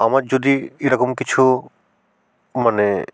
আমার যদি এরকম কিছু মানে